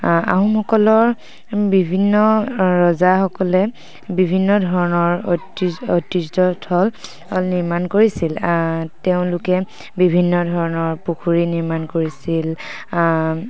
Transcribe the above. আহোমসকলৰ বিভিন্ন ৰজাসকলে বিভিন্ন ধৰণৰ ঐতিহ্যথল নিৰ্মাণ কৰিছিল তেওঁলোকে বিভিন্ন ধৰণৰ পুখুৰী নিৰ্মাণ কৰিছিল